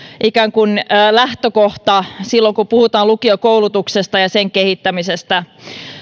lähtökohta silloin kun puhutaan lukiokoulutuksesta ja sen kehittämisestä